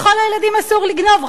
לכל הילדים אסור לגנוב,